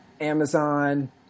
Amazon